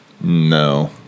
No